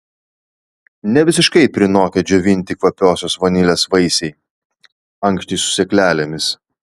nevisiškai prinokę džiovinti kvapiosios vanilės vaisiai ankštys su sėklelėmis